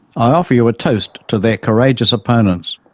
i offer you a toast to their courageous opponents,